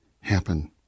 happen